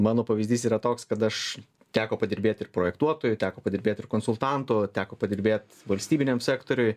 mano pavyzdys yra toks kad aš teko padirbėti ir projektuotoju teko padirbėt ir konsultantu teko padirbėt valstybiniam sektoriuj